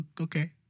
Okay